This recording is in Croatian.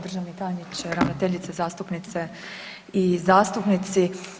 Državni tajniče, ravnateljice, zastupnice i zastupnici.